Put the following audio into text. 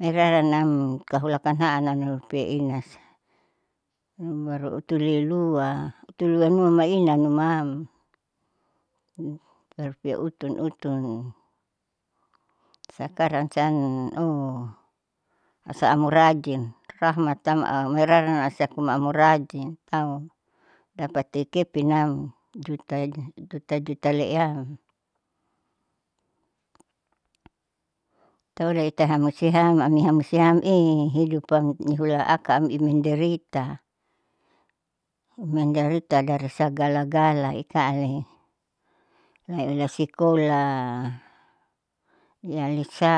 miraranam kahola kan haanam rupeina. baru utulilua itulua numa mainanuma am rupiah utun utun, sakarang siam ooh asa amu rajin ramhatam au mairaran asiakuma aurajin au dapatikepinam juta juta leeyam tore itahamusiam hamusiam eeh hidupam nihula aka am menderita, menderita dari sagala gala ikaali laula sikola yialisa.